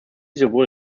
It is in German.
sowohl